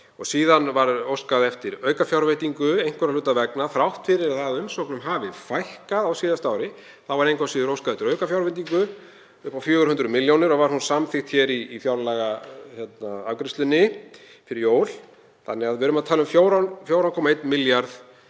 Svo var óskað eftir aukafjárveitingu einhverra hluta vegna. Þrátt fyrir að umsóknum hafi fækkað á síðasta ári var engu að síður óskað eftir aukafjárveitingu upp á 400 milljónir og var hún samþykkt í fjárlagaafgreiðslunni fyrir jól þannig að við erum að tala um 4,1 milljarð